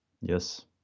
Yes